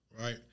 right